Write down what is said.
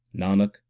nanak